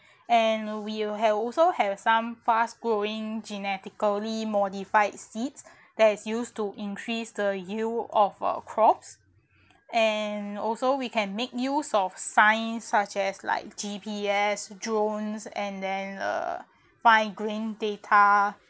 and we'll have also have some fast growing genetically modified seeds that is used to increase the yield of our crops and also we can make use of science such as like G_P_S jones and then uh buy green data